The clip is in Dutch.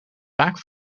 vaak